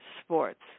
sports